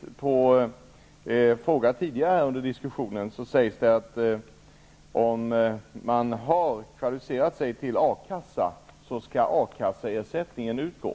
Som svar på en fråga tidigare under diskussionen sades det att om man har kvalificerat sig för ersättning från A-kassa skall A-kasseersättningen utgå.